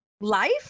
life